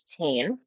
16